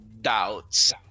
doubts